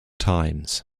times